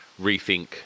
rethink